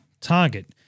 target